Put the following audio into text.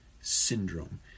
syndrome